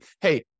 hey